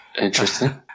Interesting